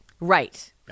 Right